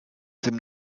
dem